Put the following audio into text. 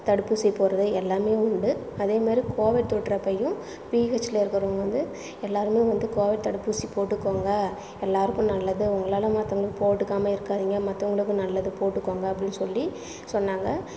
தடுப்பூசி போடுறது எல்லாமே உண்டு அதே மாதிரி கோவிட் தொற்று அப்பையும் பிஹச்ல இருக்கிறவங்க வந்து எல்லாருமே வந்து கோவிட் தடுப்பூசி போட்டுக்கோங்க எல்லாருக்கும் நல்லது உங்களால் மற்றவங்களுக்கு போட்டுக்காமல் இருக்காதிங்க மற்றவங்களுக்கும் நல்லது போட்டுக்கோங்க அப்படினு சொல்லி சொன்னாங்க